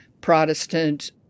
Protestant